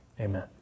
Amen